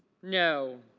no.